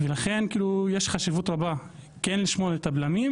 לכן יש חשיבות רבה כן לשמור את הבלמים